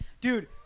dude